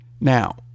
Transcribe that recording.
Now